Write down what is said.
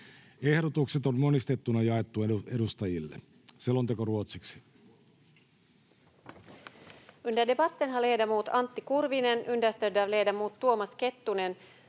Ehdotukset on monistettuna jaettu edustajille. (Pöytäkirjan